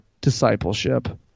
discipleship